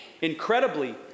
Incredibly